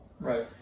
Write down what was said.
Right